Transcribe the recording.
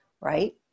Right